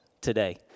today